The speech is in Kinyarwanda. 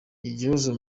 igihozo